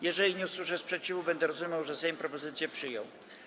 Jeżeli nie usłyszę sprzeciwu, będę rozumiał, że Sejm propozycję przyjął.